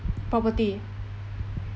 property